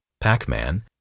Pac-Man